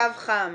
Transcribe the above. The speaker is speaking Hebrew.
קו חם,